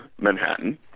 Manhattan